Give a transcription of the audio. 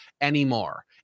anymore